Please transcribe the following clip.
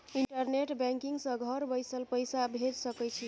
internet banking सँ घर बैसल पैसा भेज सकय छी